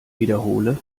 wiederhole